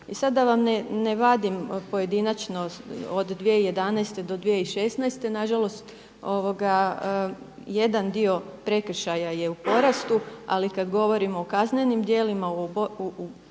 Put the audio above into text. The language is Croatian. I sada da vam ne vadim pojedinačnost od 2011. do 2016. nažalost jedan dio prekršaja je u porastu, ali kada govorimo o kaznenim djelima o ubojstvima